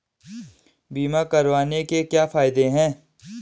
बीमा करवाने के क्या फायदे हैं?